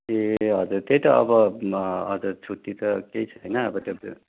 ए हजुर त्यही त अब हजुर अब छुट्टी त केही छैन अब त्यो